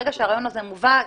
ברגע שהרעיון הזה מובן,